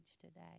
today